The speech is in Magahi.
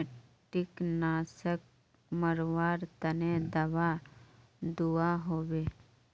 कीटनाशक मरवार तने दाबा दुआहोबे?